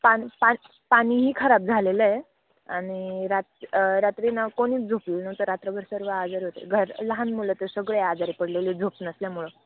पान पान पाणीही खराब झालेलं आहे आणि रात रात्री ना कोणीच झोपलेलं नव्हतं रात्रभर सर्व आजारी होते घर लहान मुलं तर सगळे आजारी पडलेले झोप नसल्यामुळं